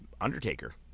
Undertaker